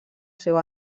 seu